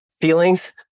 feelings